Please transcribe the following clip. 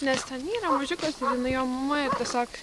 nes ten yra mužikas ir jinai jo mama ir tiesiog